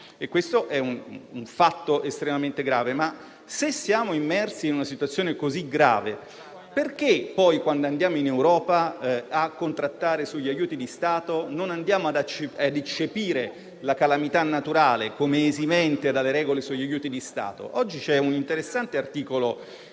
questo è un fatto estremamente grave. Ma se siamo immersi in una situazione così grave, perché poi, quando andiamo in Europa a contrattare sugli aiuti di Stato, non andiamo ad eccepire la calamità naturale come esimente dalle regole sugli aiuti di Stato? Oggi c'è un interessante articolo